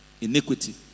Iniquity